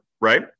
right